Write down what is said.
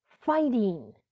fighting